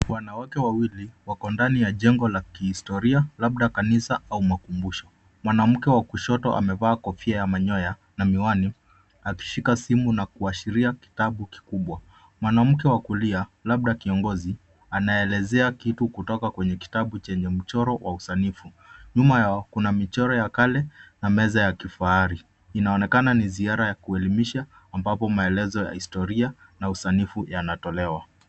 Wanawake wawili wako ndani ya jengo la kihistoria labda kanisa au makumbusho. Mwanamke wa kushoto amevaa kofia ya manyoya na miwani akishika simu na kuashiria kitabu kikubwa. Mwanamke wa kulia, labda kiongozi, anaelezea kitu kutoka kwenye kitabu chenye mchoro wa usanifu. Nyuma yao, kuna michoro ya kale na meza ya kifahari. Inaonekana ni ziara ya kuelimisha ambapo maelezo ya historia na usanifu yanatolewa.